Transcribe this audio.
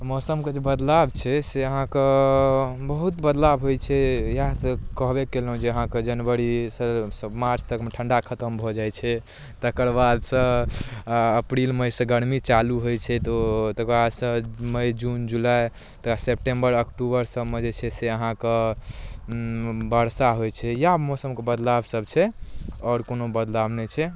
मौसम कऽ जे बदलाओ छै से अहाँ कऽ बहुत बदलाओ होइत छै इएह कहबे कयलहुँ जे अहाँके जनवरीसँ मार्च तकमे ठण्डा खतम भऽ जाइत छै तकरबादसँ अप्रील मइसँ गर्मी चालू होइत छै तऽ ओ तकरबादसँ मइ जून जुलाइ तकरबाद सेप्टेम्बर अक्टूबर सबमे जे छै से अहाँ कऽ बर्षा होइत छै इएह मौसम कऽ बदलाव सब छै आओर कोनो बदलाव नहि छै